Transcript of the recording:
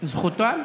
זכותם.